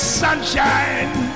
sunshine